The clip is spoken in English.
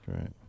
right